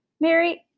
Mary